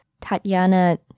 Tatiana